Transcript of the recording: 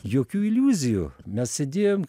jokių iliuzijų mes sėdėjom